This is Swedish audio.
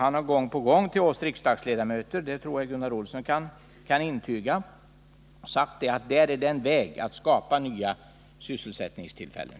Han har gång på gång till oss riksdagsledamöter — det tror jag att Gunnar Olsson kan intyga — sagt att detta är en väg att skapa nya sysselsättningstillfällen.